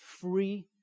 free